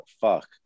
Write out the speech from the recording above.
fuck